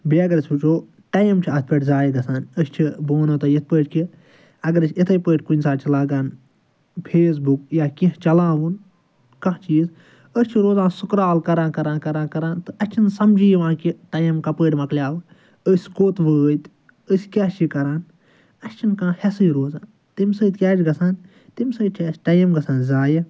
بیٚیہِ اگر أسۍ وٕچھو ٹایِم چھُ اتھ پٮ۪ٹھ زایہِ گژھان أسۍ چھِ بہٕ ونو تۄہہِ یِتھ پٲٹھۍ کہِ اگر أسۍ اِتھے پٲٹھۍ کُنہِ ساتہٕ چھِ لاگان فیس بُک یا کینٛہہ چلاوُن کانٛہہ چیٖز أسۍ چھِ روزان سُکرال کران کران کران کران تہٕ اسہِ چھُنہٕ سمجٕے یِوان کہِ ٹایم کپٲرۍ مکلیو أسۍ کوٚت وٲتۍ أسۍ کیٚاہ چھِ یہِ کران اسہِ چھِنہٕ کانٛہہ ہٮ۪سٕے روزان تمہِ سۭتۍ کیٚاہ چھُ گژھان تمہِ سۭتۍ چھُ اسہِ ٹایِم گژھان زایہِ